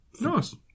Nice